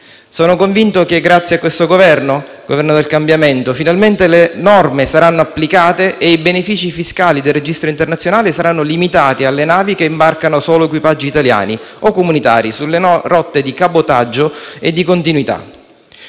Sono convinto che, grazie a questo Governo del cambiamento, finalmente le norme saranno applicate e i benefici fiscali del registro internazionale saranno limitati alle navi che imbarcano solo equipaggi italiani o comunitari sulle rotte di cabotaggio e di continuità.